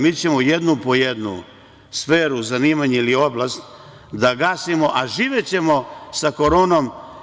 Mi ćemo jednu po jednu sferu zanimanja ili oblast da gasimo, a živećemo sa Koronom.